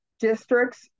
districts